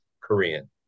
Korean